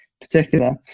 particular